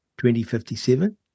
2057